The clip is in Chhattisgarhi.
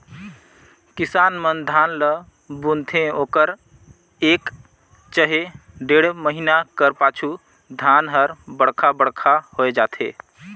किसान मन धान ल बुनथे ओकर एक चहे डेढ़ महिना कर पाछू धान हर बड़खा बड़खा होए जाथे